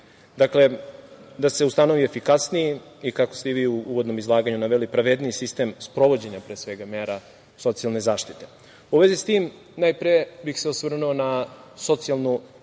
Dakle, da se ustanovi efikasniji i kako ste i vi u uvodnom izlaganju naveli, pravedniji sistem sprovođenja mera socijalne zaštite.U vezi s tim, najpre bih se osvrnuo na socijalnu